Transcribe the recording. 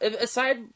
aside